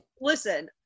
Listen